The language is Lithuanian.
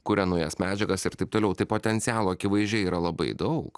kuria naujas medžiagas ir taip toliau tai potencialo akivaizdžiai yra labai daug